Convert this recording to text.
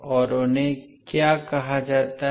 और उन्हें क्या कहा जाता है